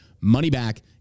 money-back